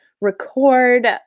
record